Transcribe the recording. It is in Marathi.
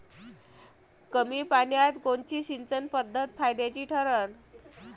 कमी पान्यात कोनची सिंचन पद्धत फायद्याची ठरन?